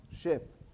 ship